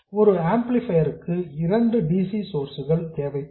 ஒரு ஆம்ப்ளிபையர் க்கு இரண்டு dc சோர்ஸ்சஸ் தேவைப்படும்